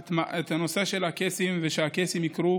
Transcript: את הנושא של הקייסים, שהקייסים יוכרו